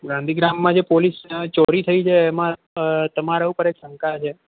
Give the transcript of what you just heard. ગાંધીગ્રામમાં જે પોલીસના ચોરી થઈ છે એમાં તમારા ઉપર એક શંકા છે